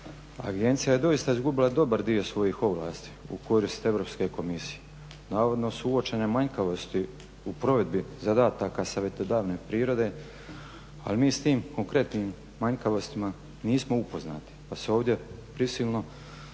Agencija je doista izgubila dobar dio svojih ovlasti u korist Europske komisije. Navodno su uočene manjkavosti u provedbi zadataka savjetodavne prirode ali mi s tim konkretnim manjkavostima nismo upoznati pa se ovdje prisilno donosimo